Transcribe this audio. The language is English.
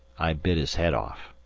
i bit his head off.